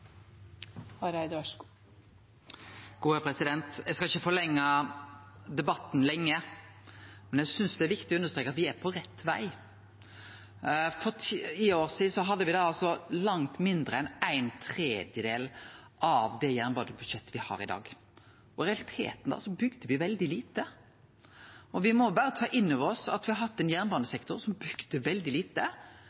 viktig å understreke at me er på rett veg. For ti år sidan hadde me langt mindre enn ein tredjedel av det jernbanebudsjettet me har i dag. I realiteten bygde me veldig lite. Me må berre ta inn over oss at me har gått frå å ha ein